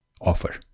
offer